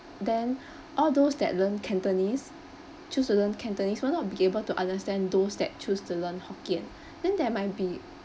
then all those that learn cantonese choose to learn cantonese will not be able to understand those that choose to learn hokkien then there might be